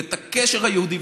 ואת הקשר היהודי,